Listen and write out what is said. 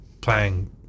playing